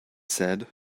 said